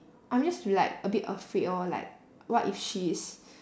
I'm just like a bit afraid lor like what if she is